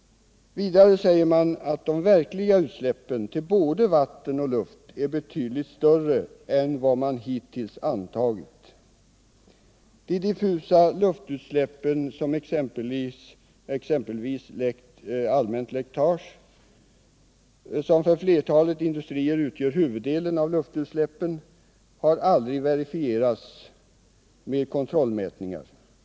Vidare säger man att de verkliga utsläppen till både vatten och luft är betydligt större än vad man hittills antagit. De diffusa luftutsläppen som exempelvis allmänt läckage, som för flertalet industrier 177 utgör huvuddelen av luftutsläppen, har aldrig verifierats vid kontrollmätningar.